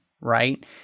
right